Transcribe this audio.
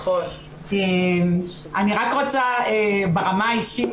אני רק רוצה להגיד ברמה האישית